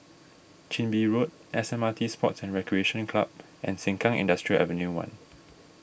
Chin Bee Road S M R T Sports and Recreation Club and Sengkang Industrial Ave one